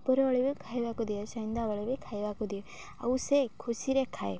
ଉପରଓଳି ବି ଖାଇବାକୁ ଦିଏ ସନ୍ଧ୍ୟାବେଳେ ବି ଖାଇବାକୁ ଦିଏ ଆଉ ସେ ଖୁସିରେ ଖାଏ